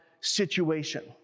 situation